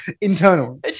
internal